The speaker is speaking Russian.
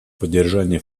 поддержание